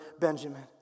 Benjamin